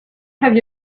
have